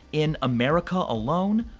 in america alone,